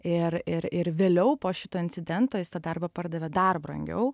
ir ir ir vėliau po šito incidento jis tą darbą pardavė dar brangiau